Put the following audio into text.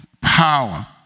power